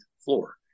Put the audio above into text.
floor